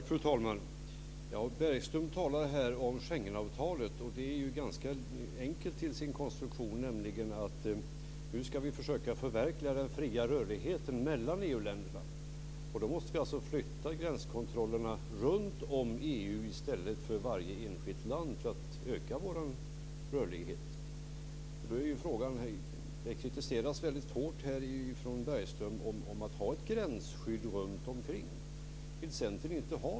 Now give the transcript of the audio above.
Fru talman! Bergström talar här om Schengenavtalet. Det är ju ganska enkelt till sin konstruktion. Nu ska vi nämligen försöka förverkliga den fria rörligheten mellan EU-länderna. Då måste vi alltså flytta gränskontrollerna, så att de finns runt om EU i stället för runt om varje enskilt land, för att öka vår rörlighet. Ett gränsskydd runt omkring kritiseras väldigt hårt av Bergström. Vill Centern inte ha det?